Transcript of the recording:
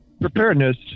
preparedness